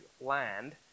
land